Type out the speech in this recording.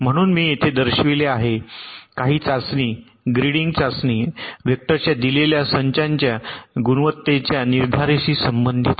म्हणून मी येथे दर्शविले आहे काही चाचणी ग्रेडिंग चाचणी वेक्टरच्या दिलेल्या संचाच्या गुणवत्तेच्या निर्धारेशी संबंधित आहेत